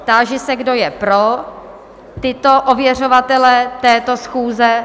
Táži se, kdo je pro tyto ověřovatele této schůze?